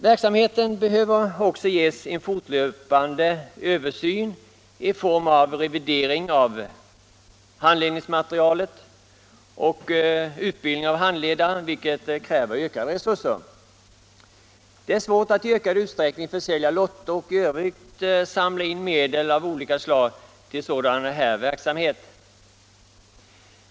Verksamheten behöver också en fortlöpande översyn i form av revidering av handledningsmaterialet och utbildning av handledare, vilket kräver ökade resurser. Det är svårt att i ökad utsträckning försälja lotter och i övrigt samla in medel av olika slag till sådan här verksamhet.